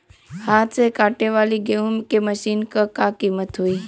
हाथ से कांटेवाली गेहूँ के मशीन क का कीमत होई?